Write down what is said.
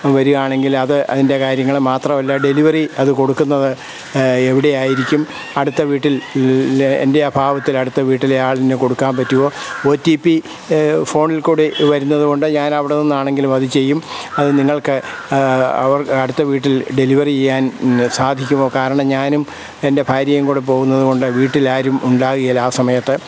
വരുകയാണെങ്കിൽ അത് അതിൻ്റെ കാര്യങ്ങള് മാത്രമല്ല ഡെലിവറി അത് കൊടുക്കുന്നത് എവിടെ ആയിരിക്കും അടുത്ത വീട്ടിൽ ലെ എൻ്റെ അഭാവത്തില് അടുത്ത വീട്ടിലെ ആളിന് കൊടുക്കാൻ പറ്റുവോ ഓടിപി ഫോണിൽ കൂടി വരുന്നത് കൊണ്ട് ഞാനവിടെ നിന്നാണങ്കിലുവത് ചെയ്യും അത് നിങ്ങൾക്ക് അവർ അടുത്ത വീട്ടിൽ ഡെലിവറിയ്യാൻ സാധിക്കുമോ കാരണം ഞാനും എൻ്റെ ഭാര്യയും കൂടെ പോകുന്നത് കൊണ്ട് വീട്ടിലാരും ഉണ്ടാകേലാ ആ സമയത്ത്